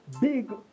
big